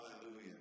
Hallelujah